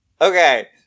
Okay